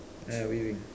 uh waving